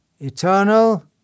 eternal